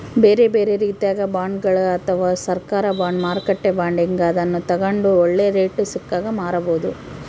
ಬೇರೆಬೇರೆ ರೀತಿಗ ಬಾಂಡ್ಗಳು ಅದವ, ಸರ್ಕಾರ ಬಾಂಡ್, ಮಾರುಕಟ್ಟೆ ಬಾಂಡ್ ಹೀಂಗ, ಅದನ್ನು ತಗಂಡು ಒಳ್ಳೆ ರೇಟು ಸಿಕ್ಕಾಗ ಮಾರಬೋದು